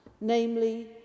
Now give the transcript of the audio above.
Namely